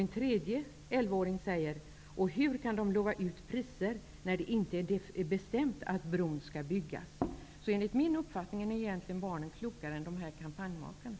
En tredje elev frågar: Hur kan de lova ut priser, när det inte är bestämt att bron skall byggas? Enligt min uppfattning är barnen egentligen klokare än de här kampanjmakarna.